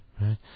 right